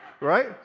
right